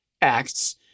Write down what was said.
acts